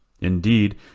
Indeed